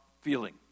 feeling